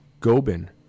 Gobin